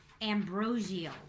Ambrosial